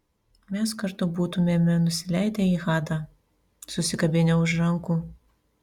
mes kartu būtumėme nusileidę į hadą susikabinę už rankų